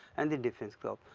and the defence kraft,